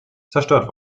zerstört